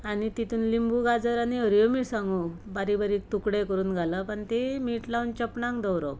आनी तितूंत लिंबू गाजर आनी हरव्यो मिरसांगो बारीक बारीक तुकडे करून घालप आनी तीं मीठ लावन चेपणांक दवरप